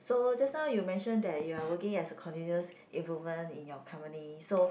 so just now you mention that you are working as a continuous improvement in your company so